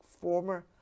former